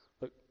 Look